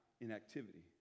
inactivity